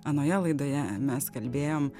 anoje laidoje mes kalbėjom